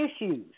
issues